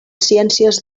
ciències